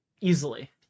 easily